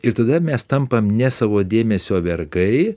ir tada mes tampam ne savo dėmesio vergai